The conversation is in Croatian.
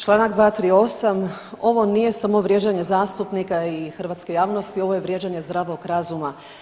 Čl. 238., ovo nije samo vrijeđanje zastupnika i hrvatske javnosti, ovo je vrijeđanje zdravog razuma.